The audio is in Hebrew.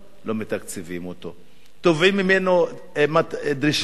ולא מתקציבים אותו, תובעים ממנו דרישות